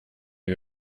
you